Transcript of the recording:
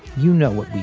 you know what